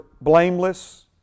blameless